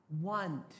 want